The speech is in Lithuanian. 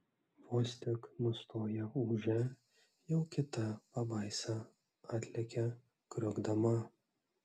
vos tik nustoja ūžę jau kita pabaisa atlekia kriokdama